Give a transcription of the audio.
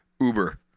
Uber